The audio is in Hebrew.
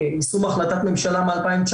יישום החלטת ממשלה מ-2019,